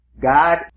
God